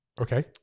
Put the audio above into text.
Okay